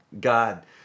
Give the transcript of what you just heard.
God